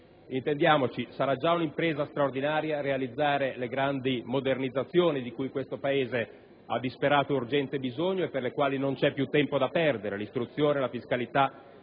Intendiamoci, sarà già un'impresa straordinaria realizzare le grandi modernizzazioni di cui questo Paese ha disperato e urgente bisogno e per le quali non c'è più tempo da perdere: l'istruzione, la fiscalità,